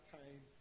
time